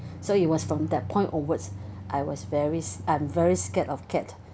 so it was from that point onwards I was very I'm very scared of cat